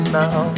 now